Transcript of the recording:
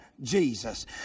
Jesus